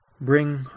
bring